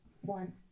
one